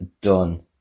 done